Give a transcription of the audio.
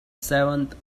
seventh